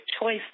Choice